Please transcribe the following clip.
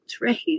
right